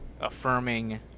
affirming